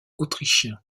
autrichien